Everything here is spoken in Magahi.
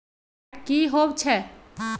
फैट की होवछै?